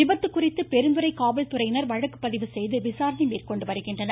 விபத்து குறித்து பெருந்துறை காவல்துறையினர் வழக்கு பதிவு செய்து விசாரணை மேற்கொண்டு வருகின்றனர்